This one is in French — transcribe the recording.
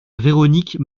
véronique